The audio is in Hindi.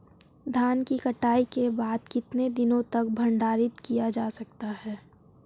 धान की कटाई के बाद कितने दिनों तक भंडारित किया जा सकता है?